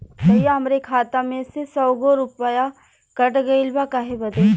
भईया हमरे खाता में से सौ गो रूपया कट गईल बा काहे बदे?